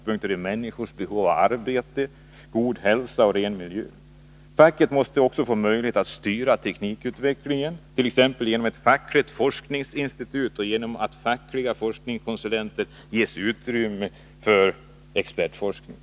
Facket måste också få möjlighet att styra teknikutveck 3 december 1981 lingen, t.ex. genom ett fackligt forskningsinstitut och genom att fackliga forskningskonsulter ges utrymme för enpartsforskning.